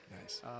Nice